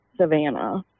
Savannah